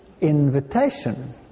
Invitation